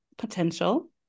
potential